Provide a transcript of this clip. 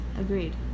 Agreed